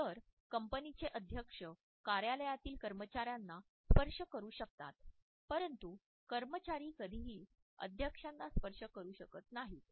तर कंपनीचे अध्यक्ष कार्यालयातील कर्मचार्यांना स्पर्श करु शकतात परंतु कर्मचारी कधीही अध्यक्षांना स्पर्श करु शकत नाहीत